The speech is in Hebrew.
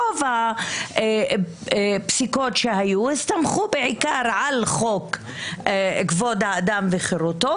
רוב הפסיקות שהיו הסתמכו בעיקר על חוק-יסוד: כבוד האדם וחירותו,